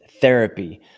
therapy